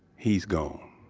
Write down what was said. he's gone.